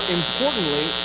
importantly